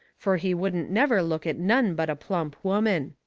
fur he wouldn't never look at none but a plump woman.